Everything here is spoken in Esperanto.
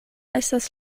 estas